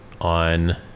on